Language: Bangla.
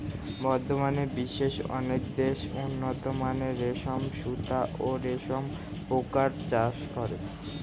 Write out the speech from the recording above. বর্তমানে বিশ্বের অনেক দেশ উন্নতমানের রেশম সুতা ও রেশম পোকার চাষ করে